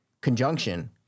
Conjunction